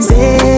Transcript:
Say